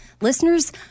listeners